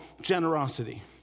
generosity